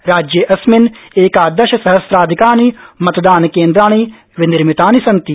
राज्ये अस्मिन् एकादशसहस्राधिकानि मतदानकेन्द्राणि विनिर्मितानि सन्ति